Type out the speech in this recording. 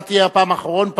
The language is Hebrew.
אתה תהיה הפעם האחרון,